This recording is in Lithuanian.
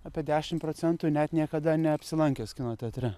apie dešim procentų net niekada neapsilankęs kino teatre